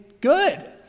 good